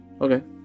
Okay